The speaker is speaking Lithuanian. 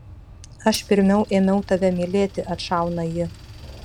aš pirmiau ėmiau tave mylėti atšauna ji